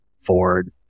Ford